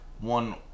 one